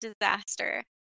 disaster